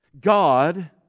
God